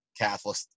catholic